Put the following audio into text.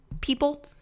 people